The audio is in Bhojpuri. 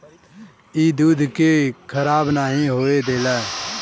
ई दूध के खराब नाही होए देला